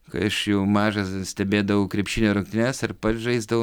kai aš jau mažas stebėdavau krepšinio rungtynes ir pats žaisdavau